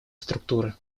структуры